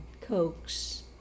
Cokes